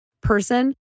person